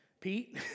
Pete